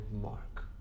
mark